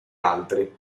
altri